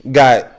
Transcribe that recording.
got